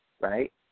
right